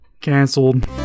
Canceled